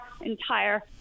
entire